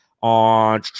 on